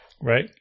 right